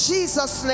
Jesus